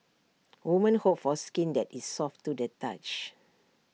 women hope for skin that is soft to the touch